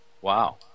Wow